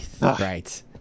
Right